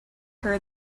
her